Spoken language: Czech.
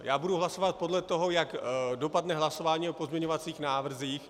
Já budu hlasovat podle toho, jak dopadne hlasování o pozměňovacích návrzích.